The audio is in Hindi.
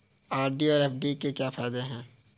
आर.डी और एफ.डी के क्या फायदे हैं?